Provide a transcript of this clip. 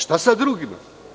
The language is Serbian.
Štasa drugima?